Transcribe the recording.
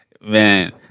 Man